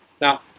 now